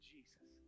Jesus